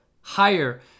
higher